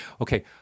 Okay